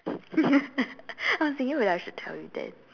I was thinking whether I should tell you that